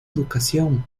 educación